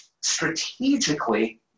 strategically